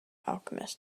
alchemist